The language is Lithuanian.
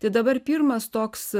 tai dabar pirmas toks